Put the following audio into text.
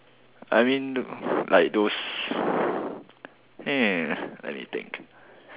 I mean like those hmm let me think